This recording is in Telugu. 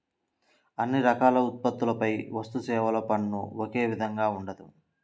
అన్ని రకాల ఉత్పత్తులపై వస్తుసేవల పన్ను ఒకే విధంగా ఉండదు